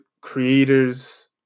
creators